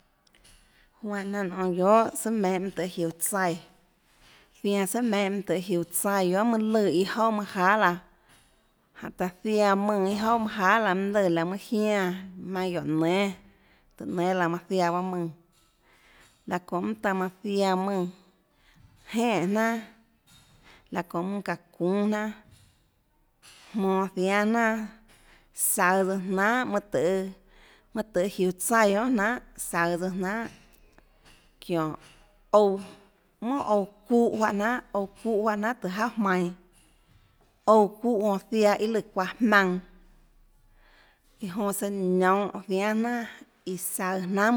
Juánhå jnanà nonê guiohà sùà meinhâ mønâ tøhê jiuå tsaíã zianã sùà meinhâ mønâ tøhê jiuå tsaíã guiohà mønâ lùã iâ jouà manâ jahà laã jánhå taã ziaã mùnã mønâ lùã iâ jouà manâ jahà laã mønâ lùã laå mønâ jiánã jmaønâ guióå nénâ tùhå nénâ laã manã ziaã bahâ mùnã laå çónhã mønâ taã manã ziaã mùnã jenè jnanà laå çónhã mønâ çaã çuúnâ jnanà jmonå ziánâ jnanà saøå tsøã jnanhà mønâ tøhê mønâ tøhê jiuå tsaíã guiónà jnanhà saøå tsøã jnanhà çiónhå ouã monà ouã çuúhã juáhã jnanhà ouã çuúhã juáhã jnanhàtùhå jauà jmainå ouã çuúhã jonã ziaã iâ lù çuaã jmaønã iå jonã søã niounhå ziánâ jnanà iã saøå jnanhà mønâ lùã laã çónhã mønâ duunã jnanhà laå çónhã mønâ minhå